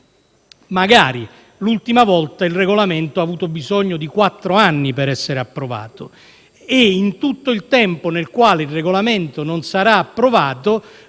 Magari! L'ultima volta il regolamento ha avuto bisogno di quattro anni per essere approvato. Per tutto il tempo durante il quale il regolamento non sarà approvato